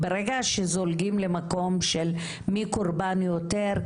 ברגע שזולגים למקום של מי קורבן יותר,